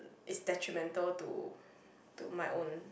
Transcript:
is detrimental to to my own